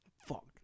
fuck